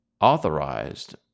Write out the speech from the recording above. authorized